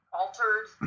altered